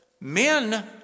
men